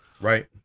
Right